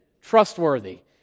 trustworthy